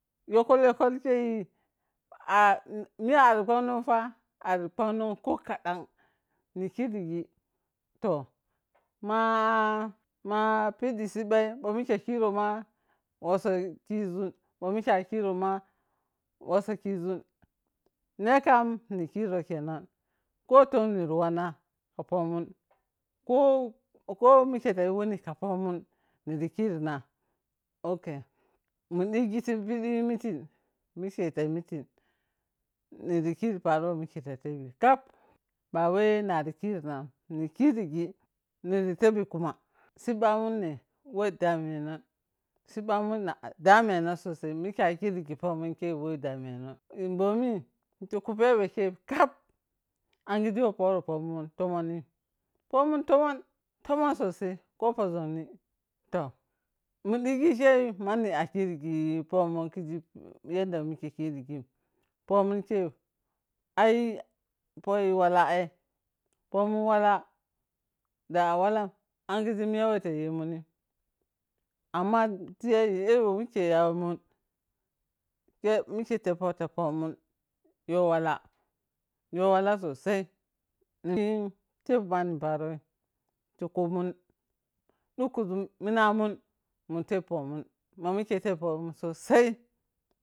Yokkol-yokkol kei ah miya ari kwamnon, ari kwamnon ko kaɗan nikirigi toni max max piɗɗi sibboi bho mike kirou ma wossou kiȝun, bo mike kirou ma wossou kiȝun ne kam ni kirou khenat ko ton niriwanna ka pomun ko komike tayi wuni kapomun nirikirina ok, mun digi ti pidi meeting mikei tayi meeting niri-kiri paro whe mikei ta tebi kap bawei nari kirinan nikirigi niri tebi kuma sibbamune whe damenon sibba mun dameno sosai mike akirigi pomun kei whe dameno. Bomi tiku pebekei kap angie whe poro pomun tomonni, pomun tomon, tomon sosai kopo zongni tohi mun ɗigi kei manni akirigi pomun kiȝi yadda whe mike kirigin, pomun kei ai po yiwala ai, pomun wala da awalan angige miya whe tayemunni amma tiya eyo mike yawemun ike teppo ta pomun yowala, yowala sosai, ni tep manni paroi ti kumun dukkuȝum minamun mun teppomun mamike tepmun sosai.